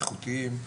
איכותיים,